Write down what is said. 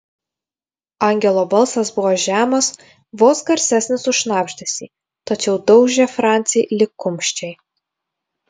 angelo balsas buvo žemas vos garsesnis už šnabždesį tačiau daužė francį lyg kumščiai